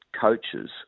coaches